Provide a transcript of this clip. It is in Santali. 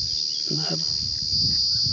ᱟᱨ